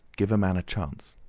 give a man a chance.